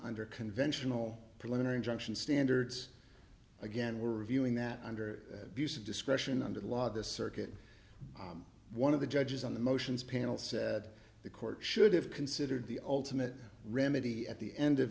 under conventional preliminary injunction standards again we're reviewing that under the use of discretion under the law this circuit one of the judges on the motions panel said the court should have considered the ultimate remedy at the end of